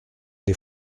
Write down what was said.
les